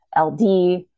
LD